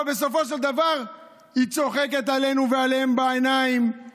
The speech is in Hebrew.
אבל בסופו של דבר היא צוחקת עלינו ועליהם בעיניים.